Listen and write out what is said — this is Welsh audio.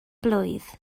blwydd